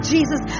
Jesus